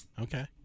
okay